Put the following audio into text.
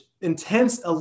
intense